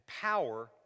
power